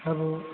अब